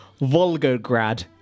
Volgograd